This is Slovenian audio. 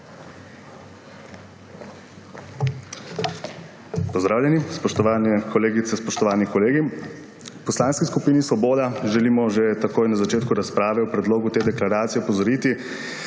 Pozdravljeni, spoštovane kolegice, spoštovani kolegi! V Poslanski skupini Svoboda želimo že takoj na začetku razprave o predlogu te deklaracije opozoriti,